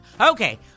Okay